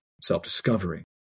self-discovery